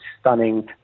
stunning